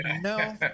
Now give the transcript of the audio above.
no